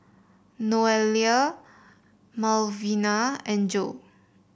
Noelia Malvina and Jo